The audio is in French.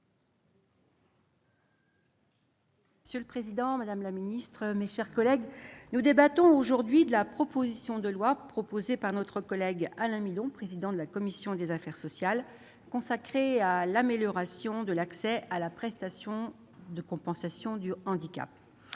Monsieur le président, madame la secrétaire d'État, mes chers collègues, nous débattons aujourd'hui de la proposition de loi présentée par notre collègue Alain Milon, président de la commission des affaires sociales, et consacrée à l'amélioration de l'accès à la prestation de compensation du handicap.